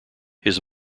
his